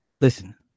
Listen